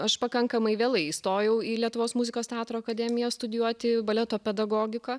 aš pakankamai vėlai įstojau į lietuvos muzikos teatro akademiją studijuoti baleto pedagogiką